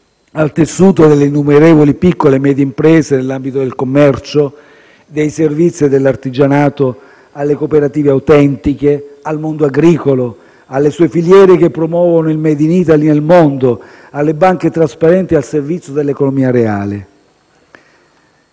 al tessuto delle innumerevoli piccole medie e imprese nell'ambito del commercio, dei servizi e dell'artigianato, alle cooperative autentiche, al mondo agricolo, alle sue filiere che promuovono il *made in Italy* nel mondo, alle banche trasparenti al servizio dell'economia reale.